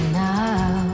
now